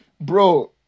Bro